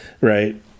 right